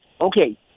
Okay